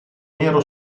nero